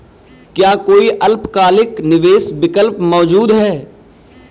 क्या कोई अल्पकालिक निवेश विकल्प मौजूद है?